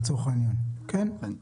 כן.